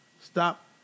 stop